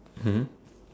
mmhmm